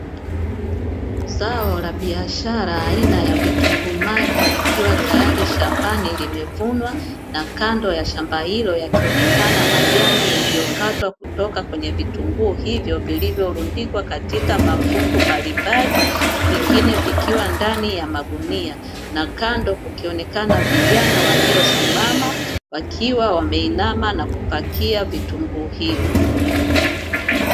Zao la biashara aina ya vitunguu maji likiwa tayari shambani limevunwa na kando ya shamba hilo, yakionekana majani yaliyokatwa kutoka kwenye vitunguu hivyo vilivyo rundikwa katika mafungu mbalimbali, vingine vikiwa kwenye maguni na kando kukionekana vijana waliosimama na walioinama na kupakia vitunguu hivyo.